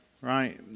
right